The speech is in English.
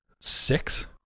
six